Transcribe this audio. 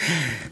יצאת מזה יפה.